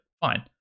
fine